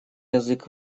язык